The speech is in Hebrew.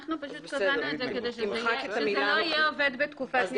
אנחנו פשוט קבענו את זה כדי שזה לא יהיה עובד בתקופת ניסיון,